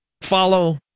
follow